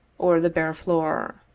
or the bare floor.